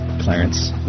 Clarence